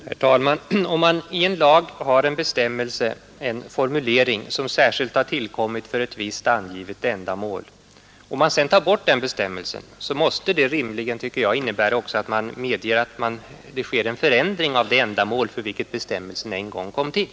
Herr talman! Om det i en lag finns en bestämmelse, en formulering, som tillkommit för ett visst angivet ändamål men den bestämmelsen sedan avskaffas, måste det rimligen också innebära att det sker en förändring med det ändamål för vilket bestämmelsen en gång infördes.